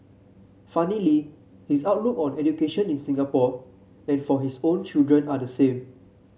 funnily his outlook on education in Singapore and for his own children are the same